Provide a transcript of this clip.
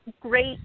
great